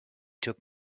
took